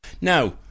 Now